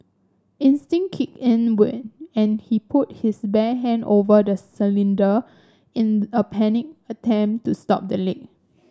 instinct kicked and when and he put his bare hand over the cylinder in a panicked attempt to stop the leak